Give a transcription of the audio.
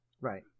Right